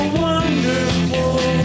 wonderful